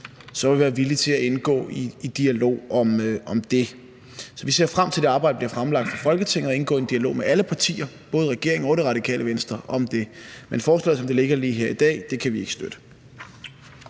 i, vil vi være villige til at indgå i dialog om det. Så vi ser frem til i det arbejde, når det bliver fremlagt for Folketinget, at indgå i en dialog med alle partier, både regeringen og Det Radikale Venstre, om det. Men forslaget, som det ligger lige her i dag, kan vi ikke støtte.